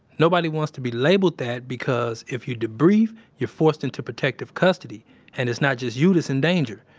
nobody wants to be labeled that because, if you debrief, you're forced into protective custody and it's not just you that's in danger.